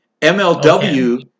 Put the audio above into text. MLW